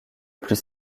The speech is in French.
plus